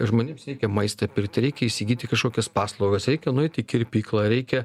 žmonėms reikia maistą pirkti reikia įsigyti kažkokias paslaugas reikia nueit į kirpyklą reikia